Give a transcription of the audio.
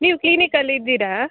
ನೀವು ಕ್ಲಿನಿಕಲ್ಲಿ ಇದ್ದೀರಾ